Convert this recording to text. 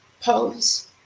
pose